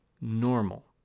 normal